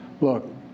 Look